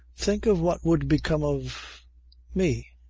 think of what would become of me.